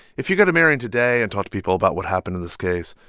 if you go to marion today and talk to people about what happened in this case,